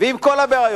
ועם כל הבעיות.